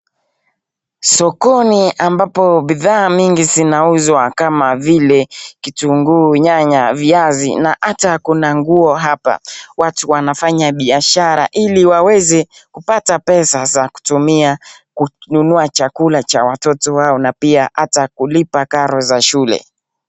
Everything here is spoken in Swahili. Sokoni ambako bidhaa nyingi zinauzwa kama vile kitunguu, nyanya viazi na hata kuna nguo hapa, watu wanafanya biashara ili qaweze kupata pesa za kutumia kunua chakula cha watoto wao, na hata pia kulipa karo ya shule.